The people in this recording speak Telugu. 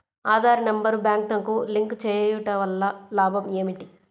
ఆధార్ నెంబర్ బ్యాంక్నకు లింక్ చేయుటవల్ల లాభం ఏమిటి?